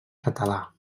català